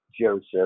Joseph